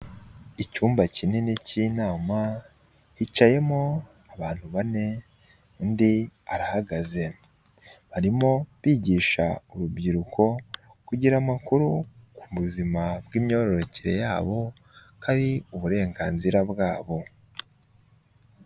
Icyumba kinini cy'inama, hicayemo abantu bane undi arahagaze, barimo bigisha urubyiruko kugira amakuru ku buzima bw'imyororokere yabo ko ari uburenganzira bwabo.